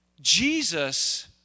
Jesus